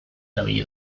erabili